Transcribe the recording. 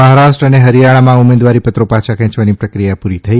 મહારાષ્ટ્ર અને હરિયાણામાં ઉમેદવારીપત્રો પાછાં ખેંચવાની પ્રક્રિયા પૂરી થઇ